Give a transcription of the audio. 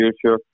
future